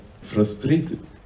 frustrated